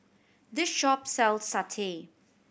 this shop sells satay